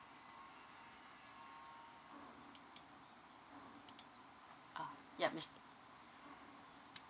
ha yup miss